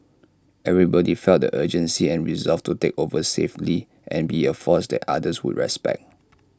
everybody felt the urgency and resolve to take over safely and be A force that others would respect